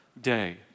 day